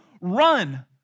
run